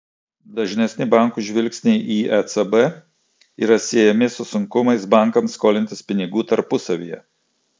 dažnesni bankų žvilgsniai į ecb yra siejami su sunkumais bankams skolintis pinigų tarpusavyje